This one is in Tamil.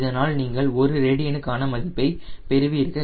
இதனால் நீங்கள் ஒரு ரேடியனுக்கு ஆன மதிப்பை பெறுவீர்கள்